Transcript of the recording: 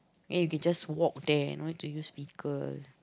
then we can just walk there no need to use speaker